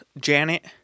Janet